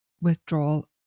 withdrawal